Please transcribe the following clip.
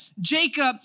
Jacob